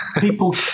people